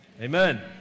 amen